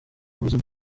buzima